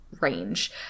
range